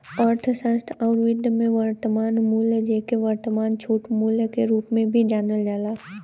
अर्थशास्त्र आउर वित्त में, वर्तमान मूल्य, जेके वर्तमान छूट मूल्य के रूप में भी जानल जाला